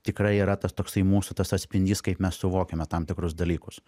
tikrai yra tas toksai mūsų tas atspindys kaip mes suvokiame tam tikrus dalykus